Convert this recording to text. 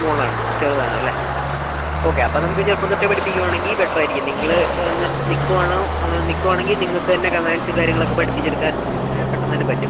small ആണ് ചെറുതാണ് അല്ലേ ഓക്കെ അപ്പം നമുക്ക് ചെറുപ്പം തൊട്ടേ പഠിപ്പിക്കുവാണെങ്കിൽ ബെറ്റർ ആയിരിക്കും നിങ്ങൾ വന്ന് നിൽക്കുവാണോ നിൽക്കുവാണെങ്കിൽ നിങ്ങൾക്ക് തന്നെ കമാൻഡ്സും കാര്യങ്ങളൊക്കെ പഠിപ്പിച്ച് എടുക്കാൻ പെട്ടെന്ന് തന്നെ പറ്റും